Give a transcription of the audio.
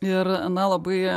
ir na labai